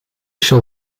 shall